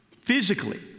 physically